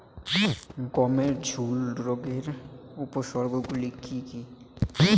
গমের ঝুল রোগের উপসর্গগুলি কী কী?